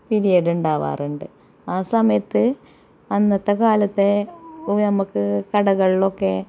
period ഉണ്ടാകാറുണ്ട് ആ സമയത്ത് അന്നത്തെകാലത്തെ നമുക്ക് കടകളൊക്കെ